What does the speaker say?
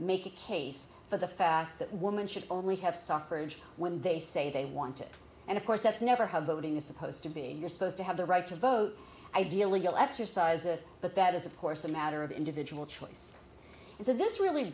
make a case for the fact that women should only have suffered when they say they want it and of course that's never have voting is supposed to be you're supposed to have the right to vote ideally you'll exercise it but that is of course a matter of individual choice and so this really